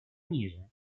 ниже